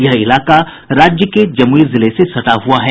यह इलाका राज्य के जमुई जिले से सटा हुआ है